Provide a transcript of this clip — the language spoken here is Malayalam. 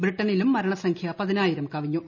ബ്രിട്ടണിലും മരണസംഖ്യ പതിനായിരം കവിഞ്ഞു